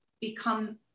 become